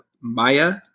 Maya